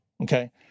Okay